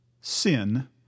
Sin